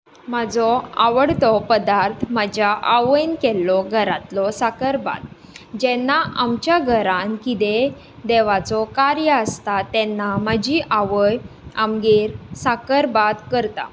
म्हाजो आवडटो पदार्थ म्हज्या आवयन केल्लो घरांतलो साकरभात जेन्ना आमच्या घरांत कितेंय देवाचो कार्य आसता तेन्ना म्हाजी आवय आमगेर साकरभात करता